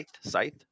Scythe